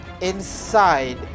inside